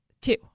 Two